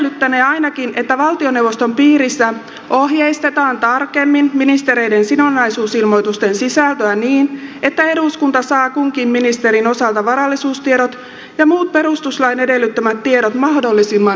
tämä edellyttänee ainakin että valtioneuvoston piirissä ohjeistetaan tarkemmin ministereiden sidonnaisuusilmoitusten sisältöä niin että eduskunta saa kunkin ministerin osalta varallisuustiedot ja muut perustuslain edellyttämät tiedot mahdollisimman yksilöidysti